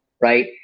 Right